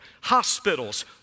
Hospitals